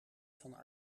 van